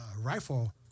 Rifle